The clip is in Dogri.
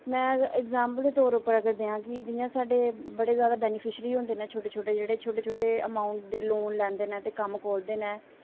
में अग़्जैंपल दे तौर उप्पर देआं जि'यां साढ़े बड़े जादा बैनिफिशरी होंदे नै शोटे शोटे अमांउट दे लोन लैंदे नै ते कम्म खोह्लदे नै